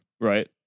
right